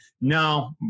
No